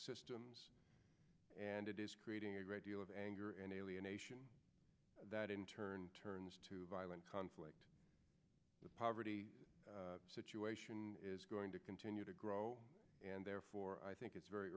system and it is creating a great deal of anger and alienation that in turn turns to violent conflict the poverty situation is going to continue to grow and therefore i think it's very